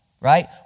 right